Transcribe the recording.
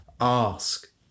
ask